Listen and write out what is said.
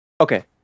okay